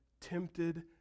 tempted